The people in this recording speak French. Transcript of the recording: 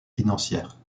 financières